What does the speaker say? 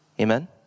Amen